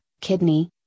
kidney